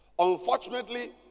Unfortunately